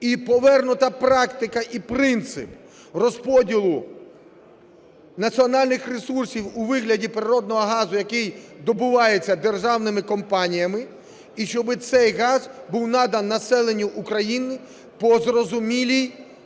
і повернута практика і принцип розподілу національних ресурсів у вигляді природного газу, який добувається державними компаніями, і щоб цей газ був наданий населенню України по зрозумілій